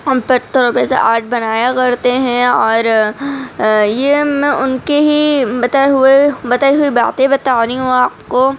ہم پتھروں پر سے آرٹ بنایا کرتے ہیں اور یہ میں ان کے ہی بتائے ہوئے بتائی ہوئی باتیں بتا رہی ہوں آپ کو